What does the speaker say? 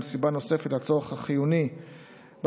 הם סיבה נוספת לצורך החיוני בהעברת